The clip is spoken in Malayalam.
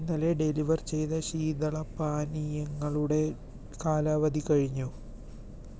ഇന്നലെ ഡെലിവർ ചെയ്ത ശീതളപാനീയങ്ങളുടെ കാലാവധി കഴിഞ്ഞു